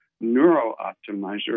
neuro-optimizer